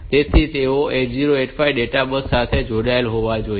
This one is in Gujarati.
તેથી તેઓ 8085 ની ડેટા બસ સાથે જોડાયેલા હોવા જોઈએ